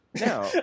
No